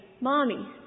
mommy